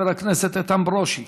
חבר הכנסת איתן ברושי.